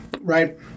right